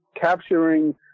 capturing